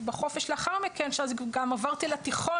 בחופש לאחר מכן כשאז גם עברתי לתיכון,